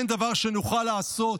אין דבר שנוכל לעשות,